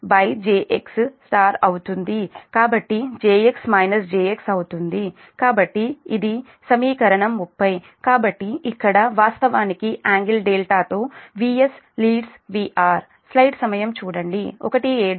కాబట్టి jx jx అవుతుంది కాబట్టి ఇది సమీకరణం 30 కాబట్టి ఇక్కడ వాస్తవానికి యాంగిల్ δతో VS లీడ్స్ VR